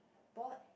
ball